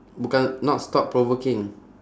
bukan not stop provoking